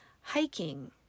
hiking